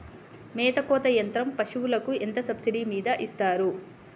మేత కోత యంత్రం పశుపోషకాలకు ఎంత సబ్సిడీ మీద ఇస్తారు?